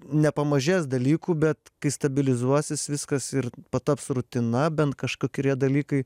nepamažės dalykų bet kai stabilizuosis viskas ir pataps rutina bent kažkaikurie dalykai